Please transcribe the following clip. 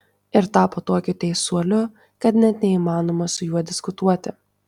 ir tapo tokiu teisuoliu kad net neįmanoma su juo diskutuoti